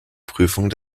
prüfung